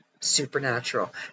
Supernatural